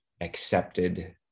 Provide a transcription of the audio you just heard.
accepted